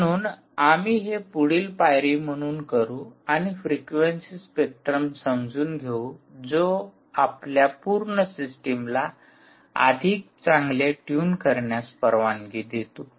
म्हणून आम्ही हे पुढील पायरी म्हणून करू आणि फ्रिक्वेंसी स्पेक्ट्रम समजून घेऊ जो आपल्या संपूर्ण सिस्टमला अधिक चांगले ट्यून करण्यास परवानगी देतो